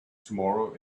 tomorrow